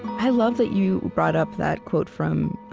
i love that you brought up that quote from